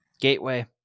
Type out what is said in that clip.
Gateway